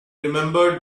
remembered